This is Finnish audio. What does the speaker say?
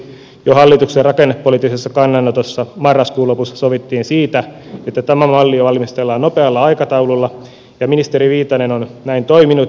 jo hallituksen rakennepoliittisessa kannanotossa marraskuun lopussa sovittiin siitä että tämä malli valmistellaan nopealla aikataululla ja ministeri viitanen on näin toiminut